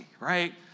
right